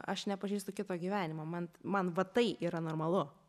aš nepažįstu kito gyvenimo man man va tai yra normalu